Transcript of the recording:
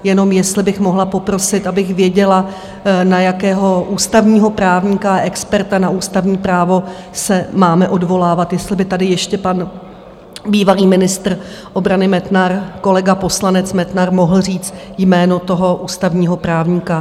Jenom jestli bych mohla poprosit, abych věděla, na jakého ústavního právníka a experta na ústavní právo se máme odvolávat, jestli by tady ještě pan bývalý ministr obrany Metnar, kolega poslanec Metnar, mohl říct jméno toho ústavního právníka.